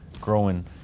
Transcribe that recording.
growing